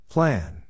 Plan